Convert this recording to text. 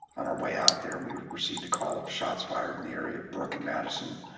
on our way out there we received a call of shots fired in the area of brooke and madison.